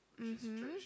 mmhmm